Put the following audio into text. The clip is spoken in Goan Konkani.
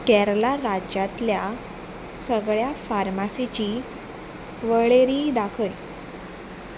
केरला राज्यांतल्या सगळ्या फार्मासींची वळेरी दाखय